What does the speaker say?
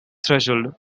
threshold